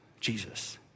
Jesus